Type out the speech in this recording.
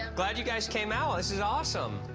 glad you guys came out. this is awesome.